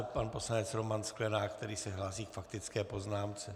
Pan poslanec Roman Sklenák, který se hlásí k faktické poznámce.